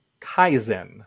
Kaizen